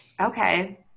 okay